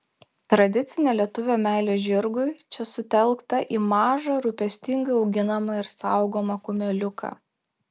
tradicinė lietuvio meilė žirgui čia sutelkta į mažą rūpestingai auginamą ir saugomą kumeliuką